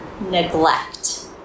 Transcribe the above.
neglect